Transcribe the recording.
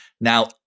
Now